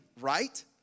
right